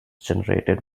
generated